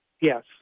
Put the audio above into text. Yes